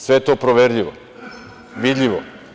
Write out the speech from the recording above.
Sve je to proverljivo, vidljivo.